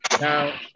Now